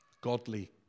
Godly